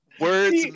words